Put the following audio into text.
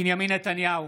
בנימין נתניהו,